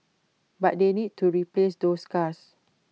but they need to replace those cars